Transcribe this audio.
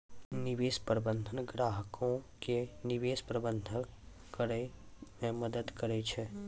निवेश प्रबंधक ग्राहको के निवेश प्रबंधन करै मे मदद करै छै